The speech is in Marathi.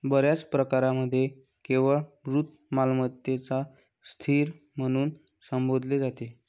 बर्याच प्रकरणांमध्ये केवळ मूर्त मालमत्तेलाच स्थिर म्हणून संबोधले जाते